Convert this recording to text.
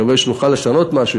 מקווה שנוכל לשנות משהו.